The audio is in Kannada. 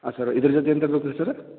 ಹಾಂ ಸರ್ರ ಇದ್ರ ಜೊಗೆ ಏನು ತರ್ಬೇಕು ರೀ ಸರ್ರ